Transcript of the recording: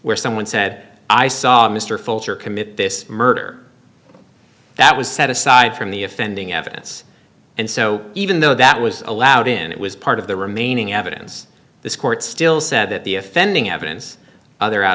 where someone said i saw mr fulcher commit this murder that was set aside from the offending evidence and so even though that was allowed in it was part of the remaining evidence this court still said that the offending evidence other out